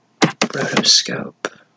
Rotoscope